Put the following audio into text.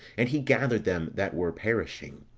and he gathered them that were perishing.